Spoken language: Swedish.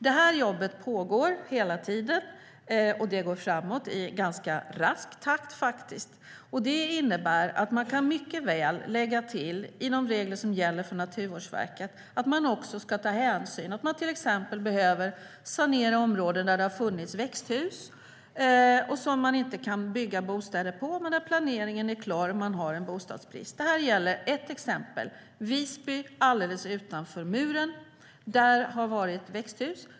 Det här jobbet pågår hela tiden, och det går framåt i ganska rask takt. Det innebär att vi mycket väl kan lägga till, i de regler som gäller för Naturvårdsverket, att det också ska tas hänsyn till att man till exempel behöver sanera områden där det har funnits växthus och som man inte kan bygga bostäder på - men planeringen är klar, och det är en bostadsbrist. Det här gäller ett exempel: Visby, alldeles utanför muren. Där har det varit växthus.